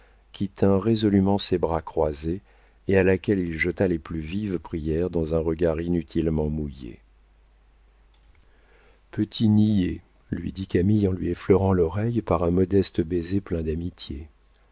qui tint résolûment ses bras croisés et à laquelle il jeta les plus vives prières dans un regard inutilement mouillé petit niais lui dit camille en lui effleurant l'oreille par un modeste baiser plein d'amitié